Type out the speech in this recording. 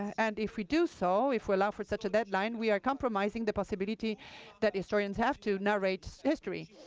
and if we do so if we allow for such a deadline we are compromising the possibility that historians have to narrate history.